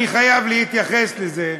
אני חייב להתייחס לזה,